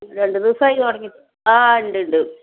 രണ്ട് ദിവസമായി തുടങ്ങിയിട്ട് ആ ഉണ്ട് ഉണ്ട്